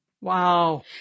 Wow